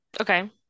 Okay